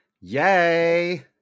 yay